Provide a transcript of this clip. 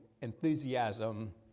enthusiasm